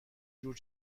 جور